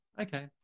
Okay